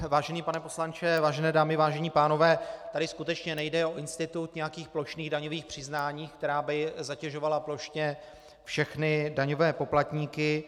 Vážený pane poslanče, vážené dámy, vážení pánové, tady skutečně nejde o institut nějakých plošných daňových přiznání, která by zatěžovala plošně všechny daňové poplatníky.